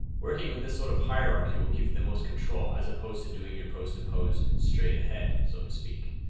working with this sort of hierarchy will give you the most control as opposed to doing your post to pose, straight ahead, so to speak.